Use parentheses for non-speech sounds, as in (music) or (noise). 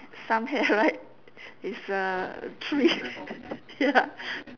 some hair right it's a tree (laughs) ya